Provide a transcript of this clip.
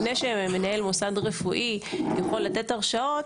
לפני שמנהל מוסד רפואי יכול לתת הרשאות